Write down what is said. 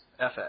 FX